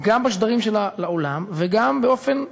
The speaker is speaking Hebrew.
גם בשדרים שלה לעולם וגם באופן פעיל.